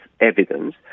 evidence